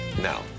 Now